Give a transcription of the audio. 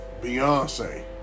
Beyonce